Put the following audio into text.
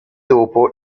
dopo